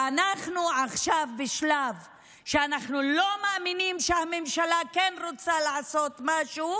ואנחנו עכשיו בשלב שאנחנו לא מאמינים שהממשלה רוצה לעשות משהו,